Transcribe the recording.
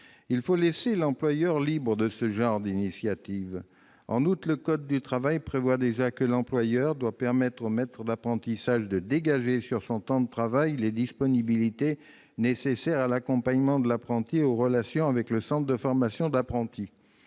il faut laisser l'employeur libre de ce genre d'initiative. En outre, le code du travail prévoit déjà que l'employeur doit permettre au maître d'apprentissage de dégager sur son temps de travail les disponibilités nécessaires à l'accompagnement de l'apprenti et aux relations avec le centre de formation d'apprentis.